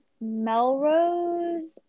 Melrose